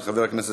של חבר הכנסת